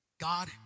God